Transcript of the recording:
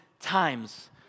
times